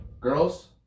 girls